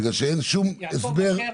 בגלל שאין שום הסבר --- יעקב אשר,